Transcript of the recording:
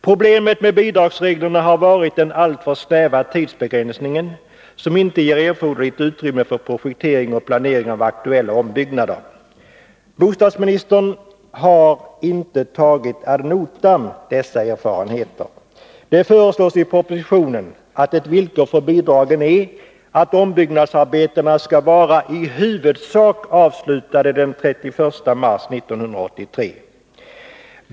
Problemet med bidragsreglerna har varit den alltför snäva tidsbegränsningen, som inte ger erforderligt utrymme för projektering och planering av aktuella ombyggnader. Bostadsministern har inte tagit ad notam dessa erfarenheter. Det föreslås i propositionen att ett villkor för bidragen skall vara att ombyggnadsarbetena skall vara i huvudsak avslutade den 31 mars 1983.